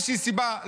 מאיזושהי סיבה,